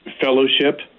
fellowship